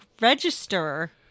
register